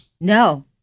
No